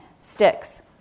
sticks